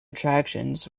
attractions